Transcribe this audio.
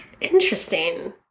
Interesting